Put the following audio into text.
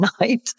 night